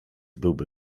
byłby